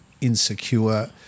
insecure